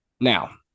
Now